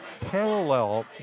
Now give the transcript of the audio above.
parallel